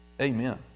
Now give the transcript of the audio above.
Amen